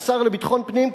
השר לביטחון פנים,